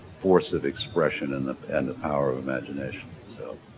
force of expression and the, and the power of imagination, so.